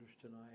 tonight